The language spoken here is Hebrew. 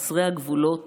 וחסרי הגבולות